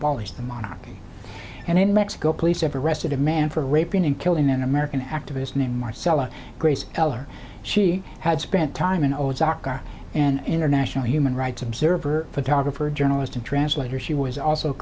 abolish the monarchy and in mexico police have arrested a man for raping and killing an american activist named marcella grace eller she had spent time in old soccer and international human rights observer photographer journalist and translator she was also